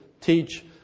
teach